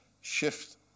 shift